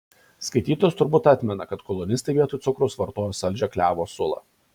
skaitytojas turbūt atmena kad kolonistai vietoj cukraus vartojo saldžią klevo sulą